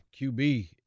QB